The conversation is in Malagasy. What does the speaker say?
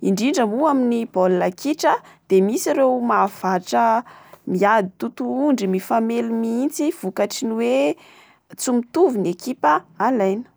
Indrindra moa amin'ny baolina kitra, de misy ireo mahavatra miady totohondry. Mifamely mihitsy vokatry ny hoe tsy mitovy ny ekipa alaina.